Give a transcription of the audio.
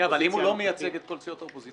כן, אבל אם הוא לא מייצג את כל סיעות האופוזיציה?